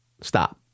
stop